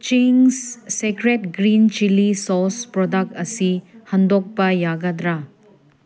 Ching's secret green chilli sauce product ꯑꯁꯤ ꯍꯟꯗꯣꯛꯄ ꯌꯥꯒꯗ꯭ꯔꯥ